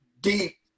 deep